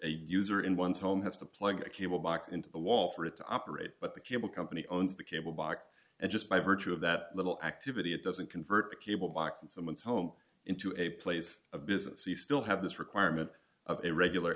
user in one's home has to plug a cuba box into the wall for it to operate but the general company owns the cable box and just by virtue of that little activity it doesn't convert the cable box in someone's home into a place of business so you still have this requirement of a regular